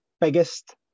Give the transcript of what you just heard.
biggest